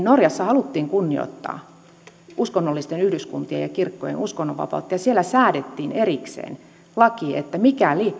norjassa haluttiin kunnioittaa uskonnollisten yhdyskuntien ja kirkkojen uskonnonvapautta siellä säädettiin erikseen laki että mikäli